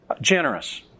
generous